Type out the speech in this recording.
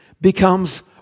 becomes